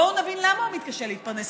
בואו נבין למה הוא מתקשה להתפרנס.